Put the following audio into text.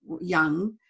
young